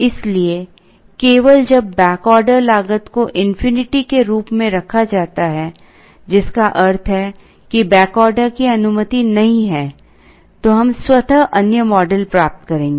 इसलिए केवल जब बैक ऑर्डर लागत को इन्फिनिटी के रूप में रखा जाता है जिसका अर्थ है कि बैक ऑर्डर की अनुमति नहीं है तो हम स्वतः अन्य मॉडल प्राप्त करेंगे